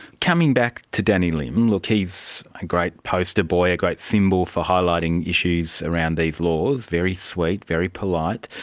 coming back to danny lim, look, he's a great poster-boy, a great symbol for highlighting issues around these laws, very sweet, very polite,